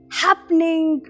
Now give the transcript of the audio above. happening